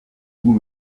vous